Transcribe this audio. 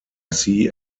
sea